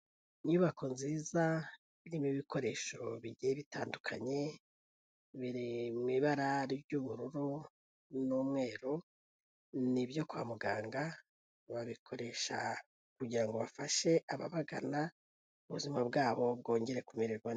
Inyubako nziza irimo ibikoresho bigiye bitandukanye , biri mu ibarara ry'ubururu n'umweru, ni ibyo kwa muganga babikoresha kugirango bafashe ababagana ubuzima bwabo bwongere kumererwa neza.